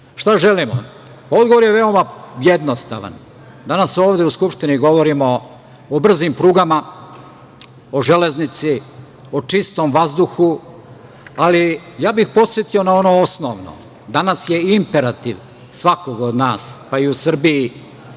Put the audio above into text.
Šta želimo? Odgovor je veoma jednostavan, danas ovde u Skupštini govorimo o brzim prugama, o železnici, o čistom vazduhu, ali ja bih podsetio na ono osnovno, danas je imperativ svakog od nas, pa i u Srbiji,